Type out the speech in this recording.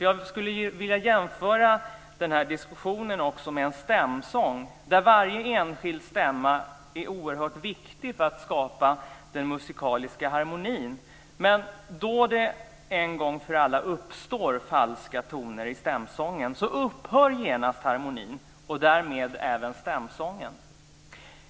Jag skulle vilja jämföra den här diskussionen med stämsång, där varje enskild stämma är oerhört viktig för att skapa musikalisk harmoni. Men då det en gång för alla uppstår falska toner i stämsången upphör genast harmonin och därmed även stämsången.